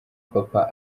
papa